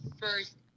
first